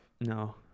No